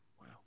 Wow